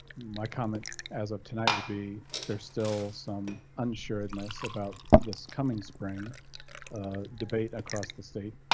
my comment as of tonight would be there still some unsuredness about this coming spring debate across the state,